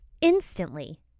instantly